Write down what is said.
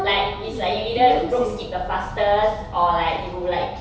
like is like you either rope skip the fastest or like you like